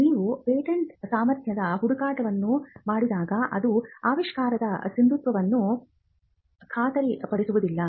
ನೀವು ಪೇಟೆಂಟ್ ಸಾಮರ್ಥ್ಯದ ಹುಡುಕಾಟವನ್ನು ಮಾಡಿದಾಗ ಅದು ಆವಿಷ್ಕಾರದ ಸಿಂಧುತ್ವವನ್ನು ಖಾತರಿಪಡಿಸುವುದಿಲ್ಲ